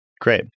Great